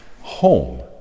home